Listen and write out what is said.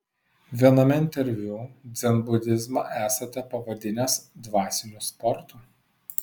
viename interviu dzenbudizmą esate pavadinęs dvasiniu sportu